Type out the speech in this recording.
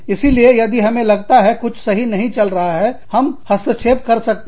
इसीलिए यदि हमें लगता है कि कुछ सही नहीं चल रहा है हम हस्तक्षेप कर सकते हैं